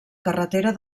carretera